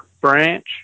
branch